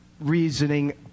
reasoning